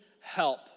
help